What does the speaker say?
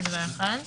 זה אחד,